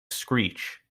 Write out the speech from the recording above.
screech